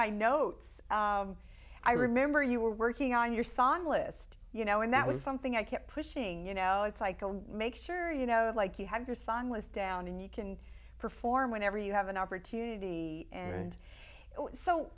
my notes i remember you were working on your song list you know and that was something i kept pushing you know it's like make sure you know like you have your song was down and you can perform whenever you have an opportunity and so